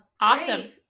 Awesome